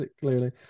clearly